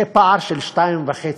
זה פער של פי-2.5,